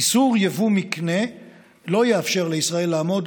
איסור יבוא מקנה לא יאפשר לישראל לעמוד